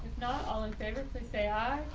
not all in favor, please say hi.